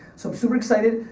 so i'm super excited.